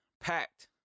packed